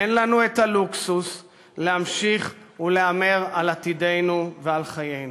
אין לנו הלוקסוס להמשיך להמר על עתידנו ועל חיינו.